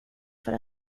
för